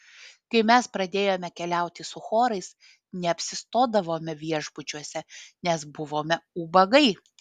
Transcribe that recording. kai mes pradėjome keliauti su chorais neapsistodavome viešbučiuose nes buvome ubagai